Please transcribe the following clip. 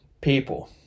people